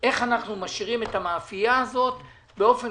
איך אנחנו משאירים את המאפייה הזאת באופן